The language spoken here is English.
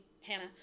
Hannah